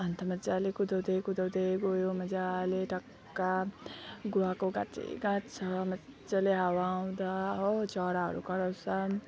अन्त मजाले कुदाउँदै कुदाउँदै गयो मजाले टक्क गुवाको गाछै गाछ छ मजाले हावा आउँदा हो चराहरू कराउँछन्